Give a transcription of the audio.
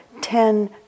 ten